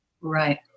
Right